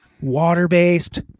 water-based